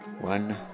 one